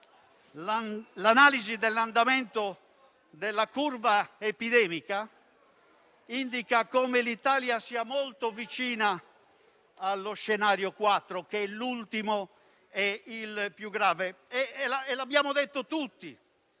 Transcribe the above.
l'analisi dell'andamento della curva epidemica indica come l'Italia sia molto vicina allo scenario 4, che è l'ultimo e il più grave. L'abbiamo e l'avete